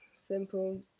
simple